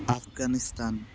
Afghanistan